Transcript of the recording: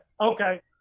okay